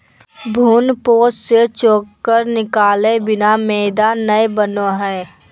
भ्रूणपोष से चोकर निकालय बिना मैदा नय बनो हइ